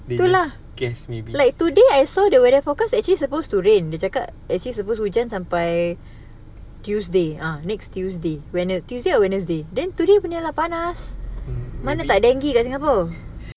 tu lah like today I saw the weather forecast actually suppose to rain dia cakap actually suppose hujan sampai tuesday ah next tuesday wedne~ tuesday or wednesday then today punya lah panas mana tak dengue kat singapore